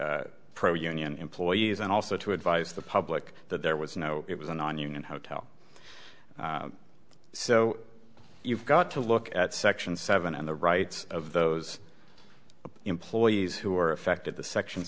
pro union employees and also to advise the public that there was no it was a nonunion hotel so you've got to look at section seven and the rights of those employees who are affected the section